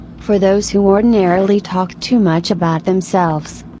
for those who ordinarily talk too much about themselves.